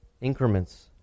increments